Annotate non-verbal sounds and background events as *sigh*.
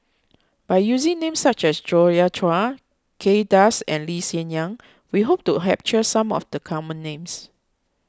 by using names such as Joi Chua Kay Das and Lee Hsien Yang we hope to *unintelligible* some of the common names